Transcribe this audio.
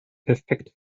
perfekt